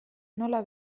nola